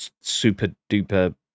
super-duper